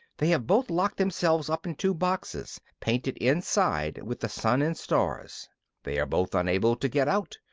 they have both locked themselves up in two boxes, painted inside with the sun and stars they are both unable to get out,